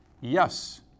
Yes